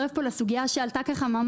לסוגיה שעלתה כאן,